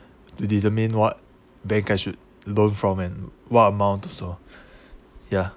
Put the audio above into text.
to determine what bank I should loan from and what amount also ya